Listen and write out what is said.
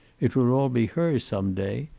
it would all be hers some day,